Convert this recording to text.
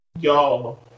Y'all